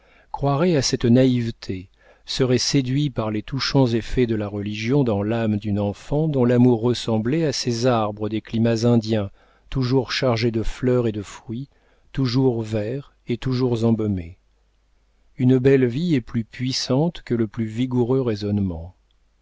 croirait à cette naïveté serait séduit par les touchants effets de la religion dans l'âme d'une enfant dont l'amour ressemblait à ces arbres des climats indiens toujours chargés de fleurs et de fruits toujours verts et toujours embaumés une belle vie est plus puissante que le plus vigoureux raisonnement